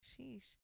sheesh